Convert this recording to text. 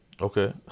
Okay